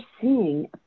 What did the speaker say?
seeing